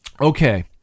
Okay